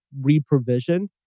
reprovision